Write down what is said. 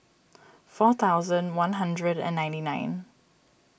four thousand one hundred and ninety nine